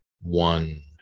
one